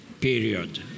Period